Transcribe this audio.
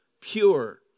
pure